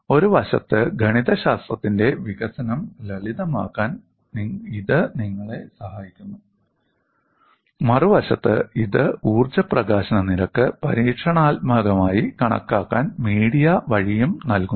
ഒരു വശത്ത് ഗണിതശാസ്ത്രത്തിന്റെ വികസനം ലളിതമാക്കാൻ ഇത് നിങ്ങളെ സഹായിക്കുന്നു മറുവശത്ത് ഇത് ഊർജ്ജ പ്രകാശന നിരക്ക് പരീക്ഷണാത്മകമായി കണക്കാക്കാൻ മീഡിയ വഴിയും നൽകുന്നു